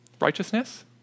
Righteousness